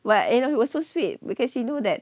but you know he was so sweet because you know that